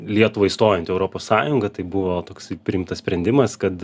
lietuvai stojant į europos sąjungą tai buvo toksai priimtas sprendimas kad